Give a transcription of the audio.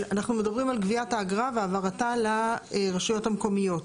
אבל אנחנו מדברים על גביית האגרה והעברתה לרשויות המקומיות.